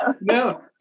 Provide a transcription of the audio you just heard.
no